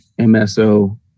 mso